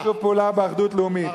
לשיתוף פעולה ואחדות לאומית.